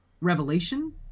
revelation